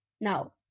now